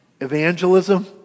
evangelism